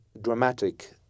dramatic